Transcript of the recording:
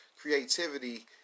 creativity